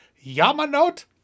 Yamanote